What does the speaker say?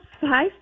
Hi